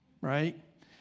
right